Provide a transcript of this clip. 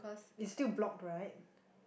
it's still blocked right